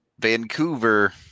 Vancouver